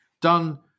done